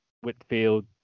Whitfield